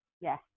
yes